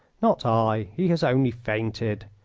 not i. he has only fainted.